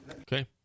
Okay